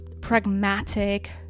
pragmatic